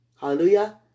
Hallelujah